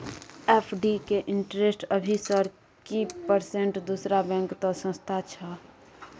FD के interest अभी सर की परसेंट दूसरा बैंक त सस्ता छः?